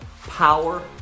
power